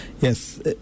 Yes